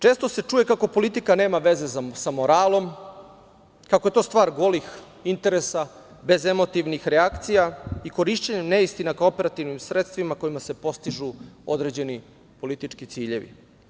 Često se čuje kako politika nema veze sa moralom, kako je to stvar golih interesa, bez emotivnih reakcija i korišćenjem neistina kao operativnim sredstvima kojima se postižu određeni politički ciljevi.